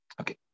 Okay